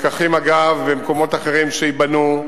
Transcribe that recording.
אגב, הלקחים למקומות אחרים שייבנו,